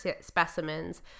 specimens